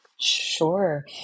Sure